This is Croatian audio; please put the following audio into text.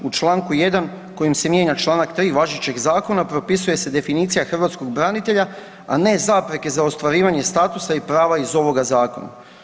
U čl. 1 kojim se mijenja čl. 3 važećeg Zakona propisuje se definicija hrvatskog branitelja, a ne zapreke za ostvarivanje statusa i prava iz ovoga Zakona.